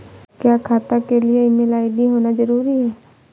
क्या खाता के लिए ईमेल आई.डी होना जरूरी है?